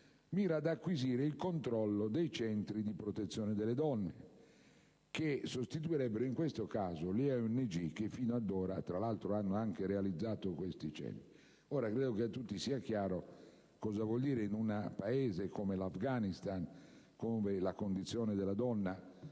mira ad acquisire il controllo dei centri di protezione delle donne che sostituirebbero in questo caso le ONG che fino ad ora, tra l'altro, hanno anche realizzato tali centri. Credo che a tutti sia chiaro cosa ciò voglia dire in un Paese come l'Afghanistan in cui la condizione della donna,